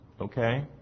Okay